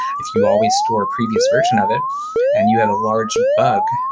if you always store previous version of it and you had a large bug,